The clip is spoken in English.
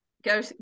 go